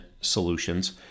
solutions